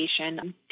education